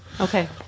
Okay